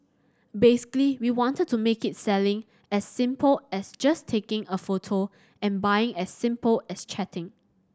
basically we wanted to make it selling as simple as just taking a photo and buying as simple as chatting